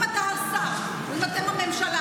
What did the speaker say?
אם אתה השר או אם אתם הממשלה,